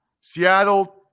Seattle